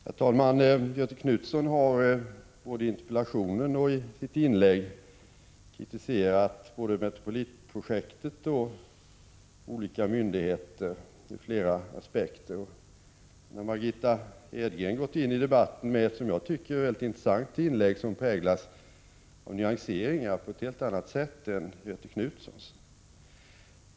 Herr talman! Göthe Knutson har både i interpellationen och i sitt inlägg kritiserat Metropolitprojektet och olika myndigheter ur flera aspekter. Nu har Margitta Edgren gått in i debatten med ett, som jag tycker, intressant inlägg, som präglas av nyanseringar på ett helt annat sätt än Göthe Knutsons.